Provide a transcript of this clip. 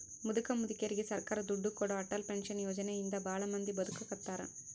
ಮುದುಕ ಮುದುಕೆರಿಗೆ ಸರ್ಕಾರ ದುಡ್ಡು ಕೊಡೋ ಅಟಲ್ ಪೆನ್ಶನ್ ಯೋಜನೆ ಇಂದ ಭಾಳ ಮಂದಿ ಬದುಕಾಕತ್ತಾರ